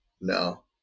No